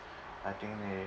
I think they